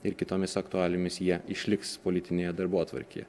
ir kitomis aktualijomis jie išliks politinėje darbotvarkėje